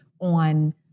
on